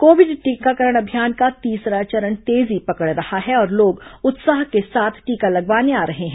Covid टीकाकरण अभियान का तीसरा चरण तेजी पकड़ रहा है और लोग उत्साह के साथ टीका लगवाने आ रहे हैं